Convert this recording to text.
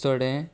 चडें